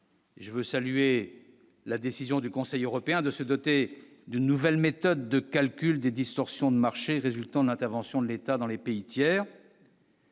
Je veux saluer la décision du Conseil européen de se doter d'une nouvelle méthode de calcul des distorsions de marché résultant d'intervention de l'État dans les pays tiers.